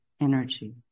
energy